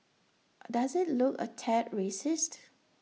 does IT look A tad racist